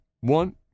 one